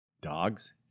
Dogs